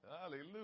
Hallelujah